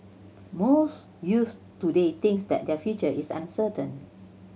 most youths today thinks that their future is uncertain